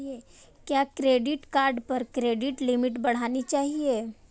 क्या credit card पर credit limit बढ़ानी चाहिए?